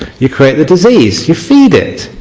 you crease the disease, you feed it.